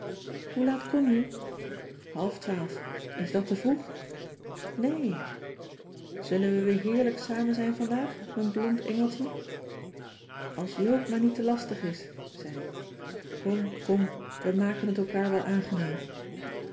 hoe laat kom je half twaalf is dat te vroeg nee ee zullen we weer heerlijk samen zijn vandaag m'n blond engeltje als joop maar niet lastig is zei ik kom kom wij maken het elkaar wel aangenaam